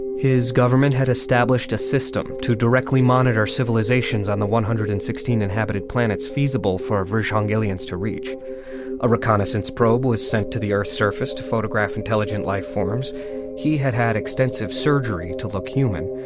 his government had established a system to directly monitor civilizations on the one hundred and sixteen inhabited planets feasible for vision aliens to reach a reconnaissance probe was sent to the earth's surface to photograph intelligent life forms he had had extensive surgery to look human.